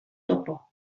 topo